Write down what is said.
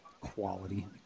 quality